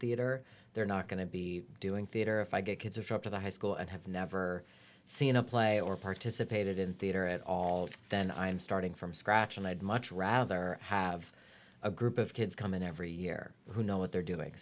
theater they're not going to be doing theater if i get kids or show up to the high school and have never seen a play or participated in theater at all then i'm starting from scratch and i'd much rather have a group of kids come in every year who know what they're doing